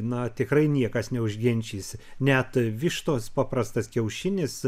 na tikrai niekas neužginčys net vištos paprastas kiaušinis